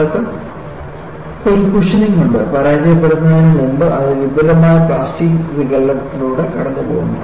നിങ്ങൾക്ക് ഒരു കുഷനിങ്ങ് ഉണ്ട് പരാജയപ്പെടുന്നതിന് മുമ്പ് അത് വിപുലമായ പ്ലാസ്റ്റിക് വികലത്തിലൂടെ കടന്നുപോകുന്നു